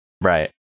Right